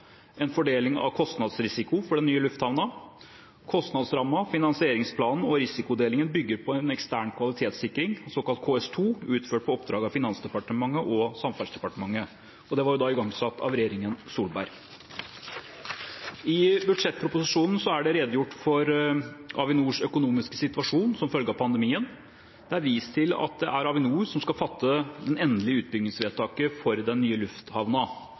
en fordeling av kostnadsrisiko for den nye lufthavnen. Kostnadsrammen, finansieringsplanen og risikodelingen bygger på en ekstern kvalitetssikring, såkalt KS2, utført på oppdrag av Finansdepartementet og Samferdselsdepartementet, og det var da igangsatt av regjeringen Solberg. I budsjettproposisjonen er det redegjort for Avinors økonomiske situasjon som følge av pandemien, og det er vist til at det er Avinor som skal fatte det endelige utbyggingsvedtaket for den nye